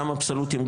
גם אבסולוטיים,